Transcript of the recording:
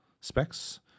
specs